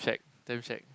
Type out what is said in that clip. shag damn shag